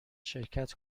شرکت